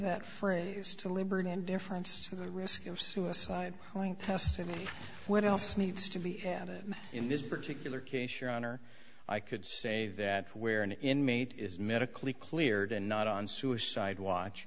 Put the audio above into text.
that phrase to liberty and difference to the risk of suicide going past seventy what else needs to be added in this particular case your honor i could say that where an inmate is medically cleared and not on suicide watch